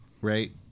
Right